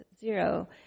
zero